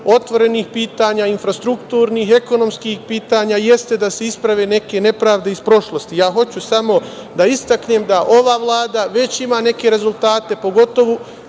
otvorenih pitanja, infrastrukturnih, ekonomskih pitanja jeste da se isprave neke nepravde iz prošlosti. Hoću samo da istaknem da ova Vlada već ima neke rezultate, velike